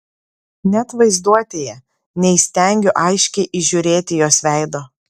net vaizduotėje neįstengiu aiškiai įžiūrėti jos veido